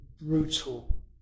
brutal